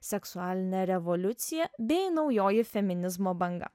seksualinė revoliucija bei naujoji feminizmo banga